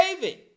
David